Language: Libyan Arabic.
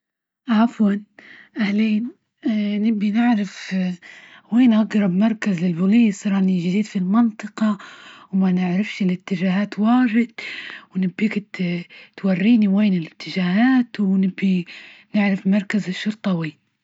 عفوا أهلين نبي نعرف وين أقرب مركز للبوليس، راني جديد في المنطقة وما نعرفش الإتجاهات واجد، ونبي ت-توريني وين الإتجاهات، ونبي نعرف مركز الشرطة وين.